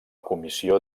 comissió